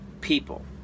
people